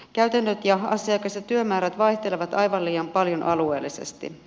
käytännöt ja asiakas ja työmäärät vaihtelevat aivan liian paljon alueellisesti